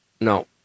No